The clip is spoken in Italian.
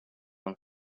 con